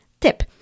tip